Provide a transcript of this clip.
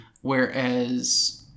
Whereas